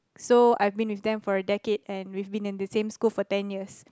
so I've been with them for a decade and we've been in the same school for ten years